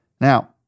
Now